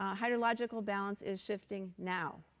ah hydrological balance is shifting now.